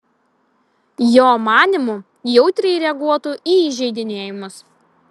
jo manymu jautriai reaguotų į įžeidinėjimus